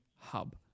hub